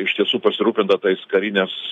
iš tiesų pasirūpinta tais karinės